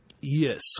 yes